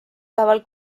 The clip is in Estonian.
päeval